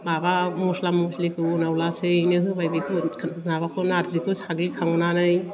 माबा मस्ला मस्लिखौ उनाव लासैनो होबाय बेखौ माबाखौ नार्जिखौ साग्लिखांनानै